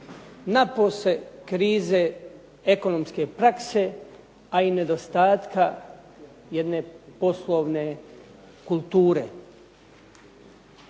napose krize ekonomske prakse a i nedostatka jedne poslovne kulture.